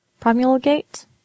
Promulgate